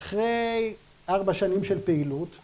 ‫אחרי ארבע שנים של פעילות...